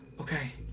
Okay